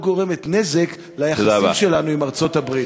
גורמת נזק ליחסים שלנו עם ארצות-הברית.